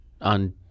on